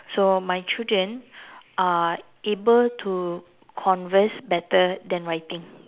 so my children are able to converse better than writing